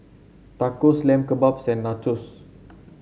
Tacos Lamb Kebabs and Nachos